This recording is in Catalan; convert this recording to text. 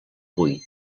vuit